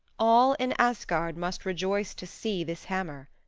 all in asgard must rejoice to see this hammer.